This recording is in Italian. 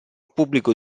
pubblico